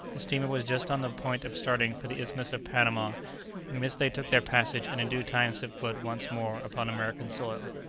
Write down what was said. a steamer was just on the point of starting for the isthmus of panama in this they took their passage, and in due time set foot once more upon american soil.